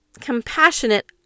compassionate